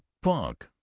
punk!